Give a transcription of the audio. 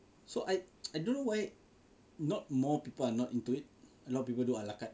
so I I don't know why not more people are not into it a lot of people do ala carte